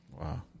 Wow